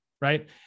right